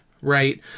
right